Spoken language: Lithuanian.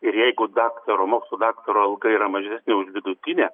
ir jeigu daktaro mokslų daktaro alga yra mažesnė už vidutinę